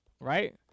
right